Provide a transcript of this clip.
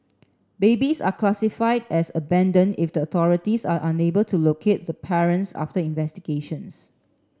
babies are classified as abandoned if the authorities are unable to locate the parents after investigations